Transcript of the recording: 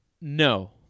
No